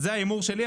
זה ההימור שלי,